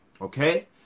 Okay